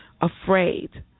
afraid